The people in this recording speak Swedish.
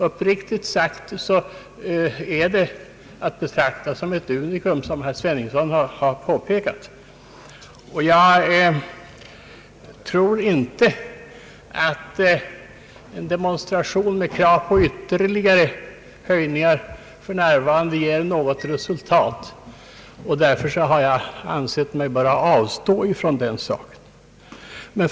Uppriktigt sagt är det att betrakta som något unikt, såsom herr Sveningsson också har påpekat, och jag tror inte att krav på ytterligare höjningar f.n. ger något resultat. Därför har jag ansett mig böra avstå från ett sådant yrkande.